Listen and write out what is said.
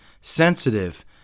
sensitive